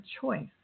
choice